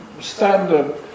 standard